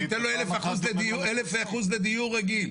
הוא ייתן לו אלף אחוז לדיור רגיל.